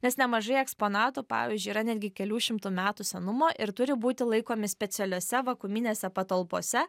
nes nemažai eksponatų pavyzdžiui yra netgi kelių šimtų metų senumo ir turi būti laikomi specialiose vakuuminėse patalpose